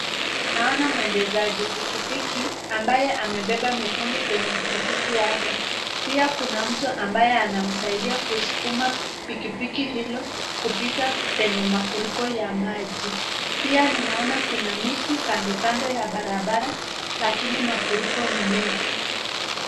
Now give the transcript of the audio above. Naona mwendeshaji pikipiki ambaye amebeba mitungi kwenye pikipiki yake. Pia kuna mtu ambaye anamsaidia kusukuma pikipiki hilo kupita penye mafuriko ya maji. Pia ninaona kuna miti kando kando ya barabara lakini mafuriko ni mengi.